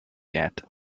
yet